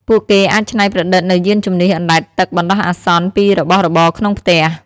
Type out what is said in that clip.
ពួកគេអាចច្នៃប្រឌិតនូវយានជំនិះអណ្តែតទឹកបណ្តោះអាសន្នពីរបស់របរក្នុងផ្ទះ។